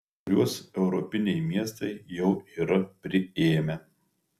kai kuriuos europiniai miestai jau yra priėmę